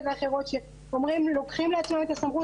אז עידכנו את מנהלת הוועדה על האיחור.